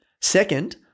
Second